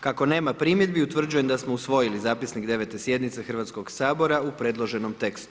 Kako nema primjedbi utvrđujem da smo usvojili zapisnik 9. sjednice Hrvatskog sabora u predloženom tekstu.